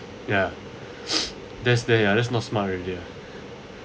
ya that's dare that's not smart already ah